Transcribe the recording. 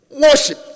worship